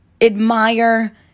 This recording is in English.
admire